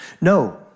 No